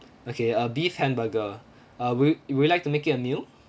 okay uh beef hamburger uh would would you like to make it a meal